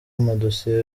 amadosiye